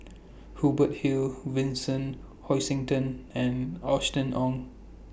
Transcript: Hubert Hill Vincent Hoisington and Austen Ong